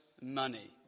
money